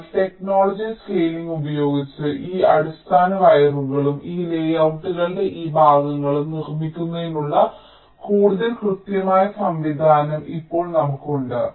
എന്നാൽ technology scaling ഉപയോഗിച്ച് ഈ അടിസ്ഥാന വയറുകളും ഈ ലേയൌട്ടുകളുടെ ഈ ഭാഗങ്ങളും നിർമ്മിക്കുന്നതിനുള്ള കൂടുതൽ കൃത്യമായ സംവിധാനം ഇപ്പോൾ നമുക്കുണ്ട്